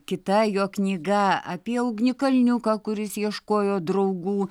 kita jo knyga apie ugnikalniuką kuris ieškojo draugų